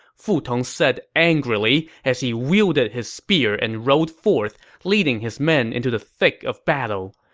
fu tong said angrily as he wielded his spear and rode forth, leading his men into the thick of battle.